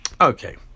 Okay